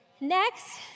Next